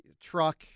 truck